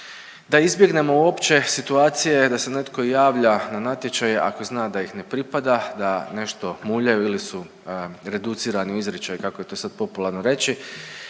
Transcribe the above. da izbjegnemo uopće situacije da se netko javlja na natječaj ako zna da ih ne pripada, da nešto muljaju ili su reducirani u izričaju kako je to sad popularno reći,